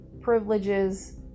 privileges